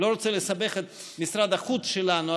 לא רוצה לסבך את משרד החוץ שלנו,